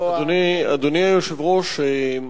אדוני היושב-ראש,